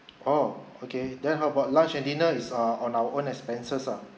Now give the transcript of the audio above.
oh okay then how about lunch and dinner is uh on our own expenses ah